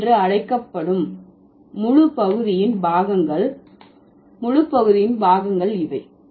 உடல் என்று அழைக்கப்படும் முழு பகுதியின் பாகங்கள் இவை